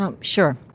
Sure